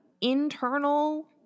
internal –